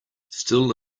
still